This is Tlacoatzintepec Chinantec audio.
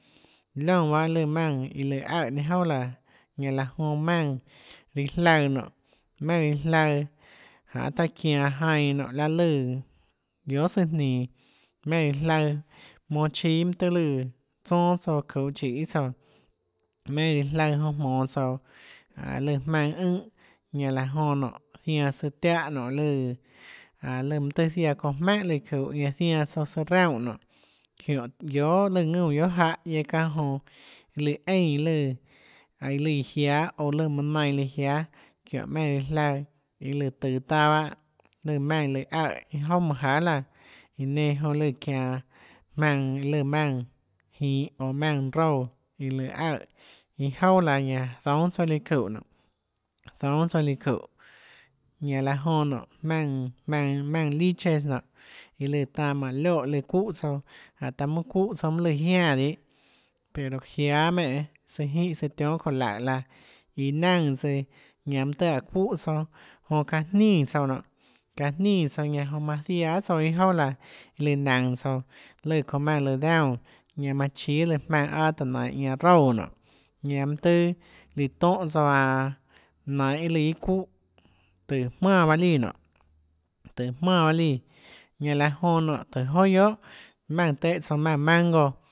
Liónã bahâ lùã maùnã iã lùã aøè ninâ jouà laã ñanã laã jonã maùnã iã jlaøã nonê maùnã iã jlaøã janê taã çianå jainã laê lùã guiohà søã jninå maùnã iã jlaøã jmonå chíâ mønã tøhê lùã tsouâ guiohà tsouã çuhå chiê tsouã maùnã iã jlaøã jonã jmonå tsouã jánê lùã jmaønã ùnhã laã jonã nonê zianã søã tiánhã nonê lùã lùã aå mønã tøhê ziaã çounã jmaùnhà lùã çuhå ñanã zainã tsouã søã raunè nonê çiónhå guiohà lùã ðúnã guiohà jáhã guiaâ çáhã jonã lùã eínã iã lùã ønå iã lùã iã jiáâ oå lùã manã nainã lùã iã jiáâ çiónhå maùnã iã jlaøã lùã tøå taâ bahâ lùã maùnã lùã aøè iâ jouà manâ jahà laã iã nenã jonã lùã çianå jmaønâ iã lùã maùnã jinhå oå maùn roúã iã lùã aøè iâ jouà laã ñanã zoúnâ tsouã lùã çúhå nonê zoúnâ tsouã lùã çúhå ñanã laã jonã nonê maùnã jmaønâ maùnã liches nonê iã láã tanã manã lioè lùã çúhã tsouã jánhå taã mønâ çúhã tsouã lùã jiánã dihâ pero jiáâ menè søã jínhã søã tionhâ çoè laùhå laã iã naùnãs tsøã ñanã mønâ tøê áå çúhã tsouã jonã çaã jnínã tsouã nonê çaã jnínã tsouã jonã manã ziaã guiohà tsouã iâ jouà laã lùã naønå tsouã lùã çounã maùnãlùã daúnã ñanã manã chíâ lùã jmaønã aâ tùhå nainhå ñanã roúã nonê ñanã mønâ tøâ lùã tónhã tsouã aå nainhå iâ lùã iâ çúhã tùhå jmánã bahâ líã nonê tùhå jmánã bahâ líã ñanã laã jonã nonê tùhå joà guiohà maùnã iã tùhã tsouã maùnã mango